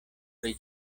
pri